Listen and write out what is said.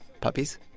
Puppies